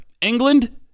England